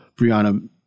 Brianna